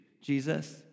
Jesus